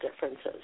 differences